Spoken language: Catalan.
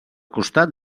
costat